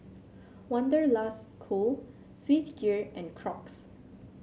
Wanderlust Co Swissgear and Crocs